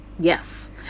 Yes